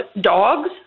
dogs